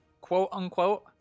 quote-unquote